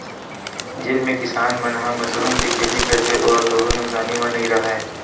जेन भी किसान मन ह मसरूम के खेती करथे ओ ह कभू नुकसानी म नइ राहय